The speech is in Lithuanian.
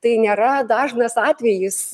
tai nėra dažnas atvejis